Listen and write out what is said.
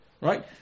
Right